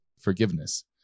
forgiveness